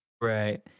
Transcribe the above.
right